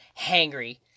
hangry